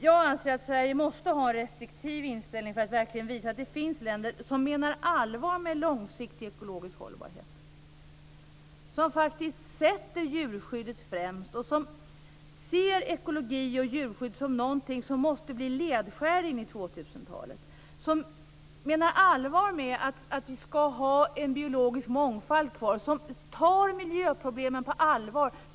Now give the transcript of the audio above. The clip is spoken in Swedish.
Jag anser att Sverige måste ha en restriktiv inställning för att verkligen visa att det finns länder som menar allvar med långsiktig ekologisk hållbarhet, som faktiskt sätter djurskyddet främst och som ser ekologi och djurskydd som någonting som måste bli ledstjärna in i 2000-talet, som menar allvar med att vi skall ha en biologisk mångfald kvar, som tar miljöproblemen på allvar.